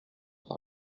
par